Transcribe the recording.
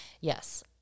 Yes